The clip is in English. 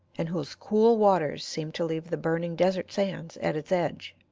and whose cool waters seem to lave the burning desert sands at its edge.